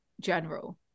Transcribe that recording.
general